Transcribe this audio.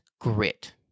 grit